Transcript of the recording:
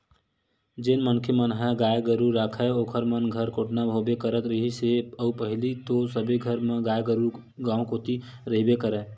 जेन मनखे मन ह गाय गरु राखय ओखर मन घर कोटना होबे करत रिहिस हे अउ पहिली तो सबे घर म गाय गरु गाँव कोती रहिबे करय